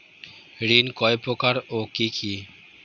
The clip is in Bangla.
ঋণ কয় প্রকার ও কি কি?